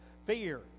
fear